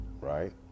right